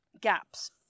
gaps